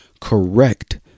Correct